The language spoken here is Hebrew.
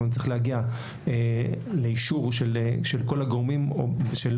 נצטרך להגיע לאישור של כל הגורמים שאגב,